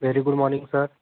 very good morning sir